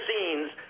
scenes